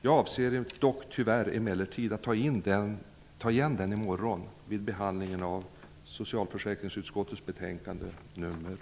Jag avser tyvärr emellertid att ta igen tiden i morgon, vid behandlingen av socialförsäkringsutskottets betänkande 18.